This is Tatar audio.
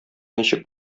ничек